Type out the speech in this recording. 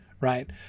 right